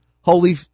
Holy